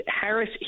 Harris